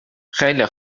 خیلی